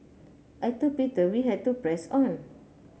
I told Peter we had to press on